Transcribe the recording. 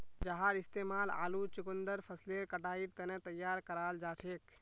जहार इस्तेमाल आलू चुकंदर फसलेर कटाईर तने तैयार कराल जाछेक